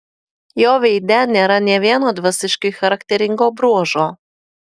jo veide nėra nė vieno dvasiškiui charakteringo bruožo